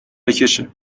بکشه